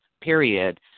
period